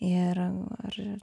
ir ar